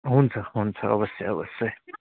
हुन्छ हुन्छ अवश्य अवश्य